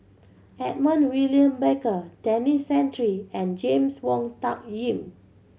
Edmund William Barker Denis Santry and James Wong Tuck Yim